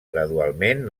gradualment